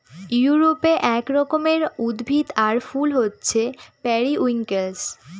ইউরোপে এক রকমের উদ্ভিদ আর ফুল হছে পেরিউইঙ্কেল